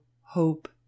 hope